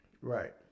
right